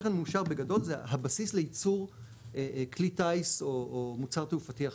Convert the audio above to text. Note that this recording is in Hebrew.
תכן מאושר בגדול זה הבסיס לייצור כלי טייס או מוצר תעופתי אחר.